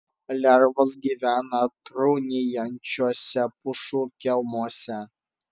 lervos gyvena trūnijančiuose pušų kelmuose